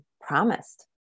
promised